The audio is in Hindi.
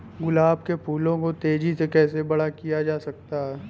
गुलाब के फूलों को तेजी से कैसे बड़ा किया जा सकता है?